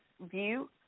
view